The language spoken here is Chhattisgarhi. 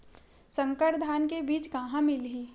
संकर धान के बीज कहां मिलही?